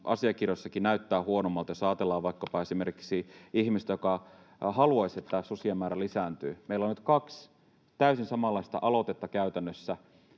asiakirjoissakin näyttää huonommalta, jos ajatellaan vaikkapa esimerkiksi ihmistä, joka haluaisi, että su-sien määrä lisääntyy: meillä on nyt käytännössä kaksi täysin samanlaista aloitetta,